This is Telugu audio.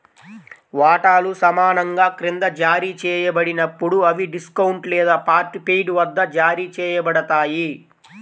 వాటాలు సమానంగా క్రింద జారీ చేయబడినప్పుడు, అవి డిస్కౌంట్ లేదా పార్ట్ పెయిడ్ వద్ద జారీ చేయబడతాయి